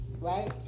Right